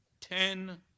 ten